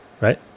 right